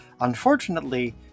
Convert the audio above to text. Unfortunately